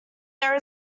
there